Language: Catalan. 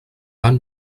van